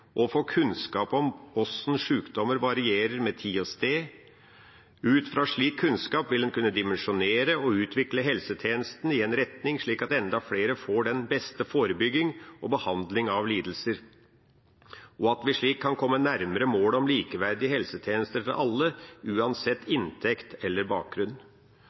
kunnskap om hvordan sjukdommer varierer med tid og sted. Ut fra slik kunnskap vil en kunne dimensjonere og utvikle helsetjenesten i en retning som gjør at enda flere får den beste forebyggingen og behandlingen av lidelser, og at vi slik kan komme nærmere målet om likeverdige helsetjenester for alle, uansett inntekt eller bakgrunn,